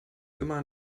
immer